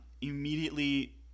immediately